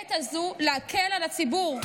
ובעת הזו להקל על הציבור.